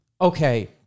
Okay